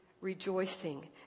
rejoicing